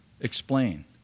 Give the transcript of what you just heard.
explain